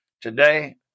Today